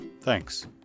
thanks